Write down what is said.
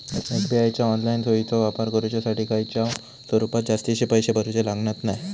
SBI च्या online सोयीचो वापर करुच्यासाठी खयच्याय स्वरूपात जास्तीचे पैशे भरूचे लागणत नाय